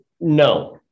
no